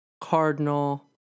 cardinal